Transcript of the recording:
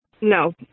no